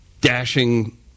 dashing